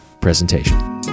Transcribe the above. presentation